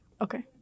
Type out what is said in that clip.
Okay